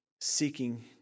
seeking